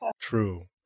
True